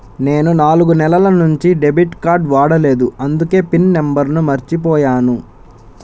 నేను నాలుగు నెలల నుంచి డెబిట్ కార్డ్ వాడలేదు అందుకే పిన్ నంబర్ను మర్చిపోయాను